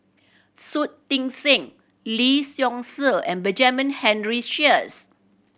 Shui Tit Sing Lee Seow Ser and Benjamin Henry Sheares